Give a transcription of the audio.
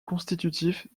constitutifs